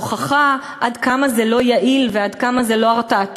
וההוכחה עד כמה זה לא יעיל ועד כמה זה לא הרתעתי